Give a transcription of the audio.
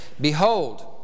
behold